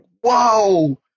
whoa